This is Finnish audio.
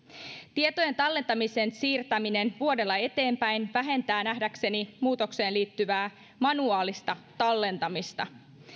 tietojen tallentamisen siirtäminen vuodella eteenpäin vähentää nähdäkseni muutokseen liittyvää manuaalista tallentamista